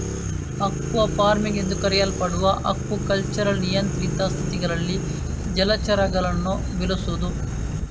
aqua farming ಎಂದೂ ಕರೆಯಲ್ಪಡುವ aquaculture ನಿಯಂತ್ರಿತ ಸ್ಥಿತಿಗಳಲ್ಲಿ ಜಲಚರಗಳನ್ನು ಬೆಳೆಸುದು